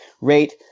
rate